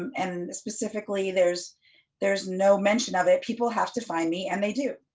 um and specifically, there's there's no mention of it, people have to find me and they do,